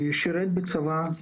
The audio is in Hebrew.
שירת בצבא,